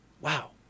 Wow